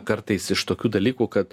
kartais iš tokių dalykų kad